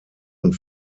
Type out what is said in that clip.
und